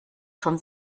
schon